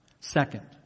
Second